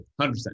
100%